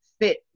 fit